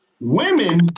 Women